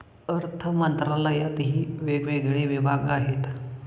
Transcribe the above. अर्थमंत्रालयातही वेगवेगळे विभाग आहेत